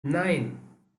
nine